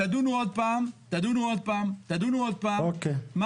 תדונו עוד פעם, תדונו עוד פעם, תדונו עוד פעם.